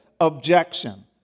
Objection